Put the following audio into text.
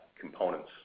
components